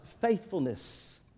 faithfulness